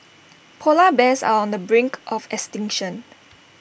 Polar Bears are on the brink of extinction